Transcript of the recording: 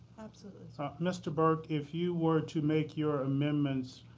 so so mr. burke, if you were to make your amendments